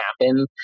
happen